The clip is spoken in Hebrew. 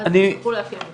אז יוכלו לעכב אותם.